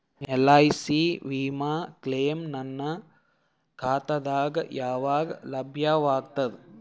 LIC ವಿಮಾ claim ನನ್ನ ಖಾತಾಗ ಯಾವಾಗ ಲಭ್ಯವಾಗತದ?